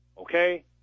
Okay